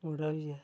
पूरा होई गेआ